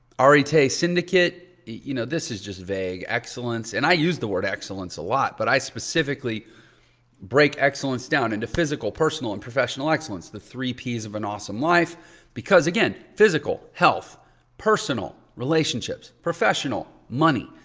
um arete syndicate, syndicate, you know, this is just vague. excellence. and i use the word excellence a lot but i specifically break excellence down into physical, personal and professional excellence. the three p's of an awesome life because again, physical, health personal, relationships professional, money.